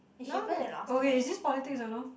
no lah okay is this politics